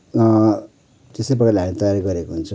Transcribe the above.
त्यस्तै प्रकारले हामीले तयार गरेको हुन्छौँ